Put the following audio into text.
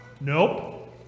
Nope